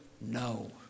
no